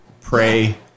Pray